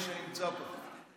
מי שנמצא פה,